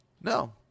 No